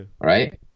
right